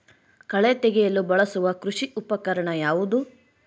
ಕಳೆ ತೆಗೆಯಲು ಬಳಸುವ ಕೃಷಿ ಉಪಕರಣ ಯಾವುದು?